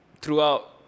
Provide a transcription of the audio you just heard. throughout